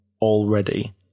already